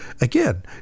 Again